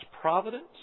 providence